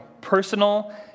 personal